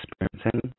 experiencing